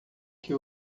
que